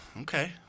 Okay